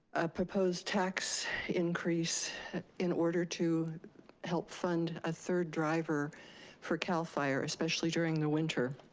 a proposed tax increase in order to help fund a third driver for cal fire, especially during the winter.